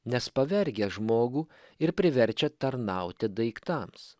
nes pavergia žmogų ir priverčia tarnauti daiktams